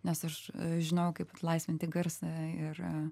nes aš žinojau kaip atlaisvinti garsą ir